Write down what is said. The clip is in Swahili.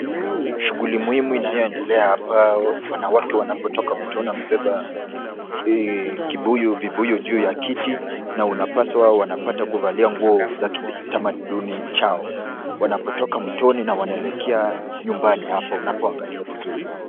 Shughuli muhimu inayoendelea hapa; wanawake wanapotoka mtoni wanabeba kibuyu, vibuyu juu ya kiti, na unapaswa wanapata kuvalia nguo za tamaduni chao. Wanapotoka mtoni na wanelekea nyumbani hapa, unapoangalia vizuri,